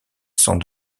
sont